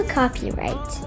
copyright